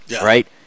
right